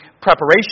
preparation